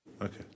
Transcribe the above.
Okay